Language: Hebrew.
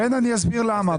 כן, אני אסביר למה.